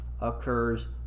occurs